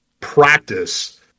practice